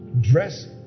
dress